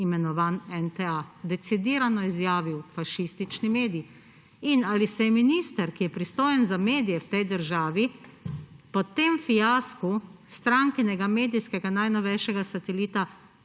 imenovan NTA. Decidirano je izjavil: fašistični medij. In ali se je minister, ki je pristojen za medije v tej državi, po tem fiasku strankinega medijskega najnovejšega satelita,